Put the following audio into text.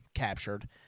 captured